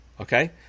okay